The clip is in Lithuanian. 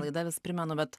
laida primenu bet